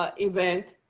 ah event.